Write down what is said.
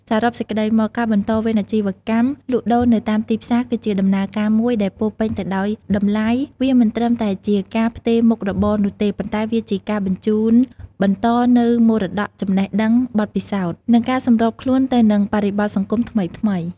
សរុបសេចក្តីមក ការបន្តវេនអាជីវកម្មលក់ដូរនៅតាមទីផ្សារគឺជាដំណើរការមួយដែលពោរពេញទៅដោយតម្លៃ វាមិនត្រឹមតែជាការផ្ទេរមុខរបរនោះទេ ប៉ុន្តែជាការបញ្ជូនបន្តនូវមរតកចំណេះដឹង បទពិសោធន៍ និងការសម្របខ្លួនទៅនឹងបរិបទសង្គមថ្មីៗ។